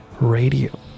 Radio